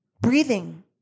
Breathing